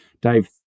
dave